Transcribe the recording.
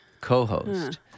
Co-host